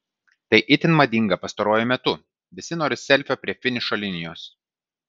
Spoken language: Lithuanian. tai itin madinga pastaruoju metu visi nori selfio prie finišo linijos